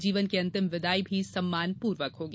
जीवन की अंतिम विदाई भी सम्मानपूर्वक होगी